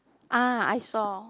ah I saw